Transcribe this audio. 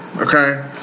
Okay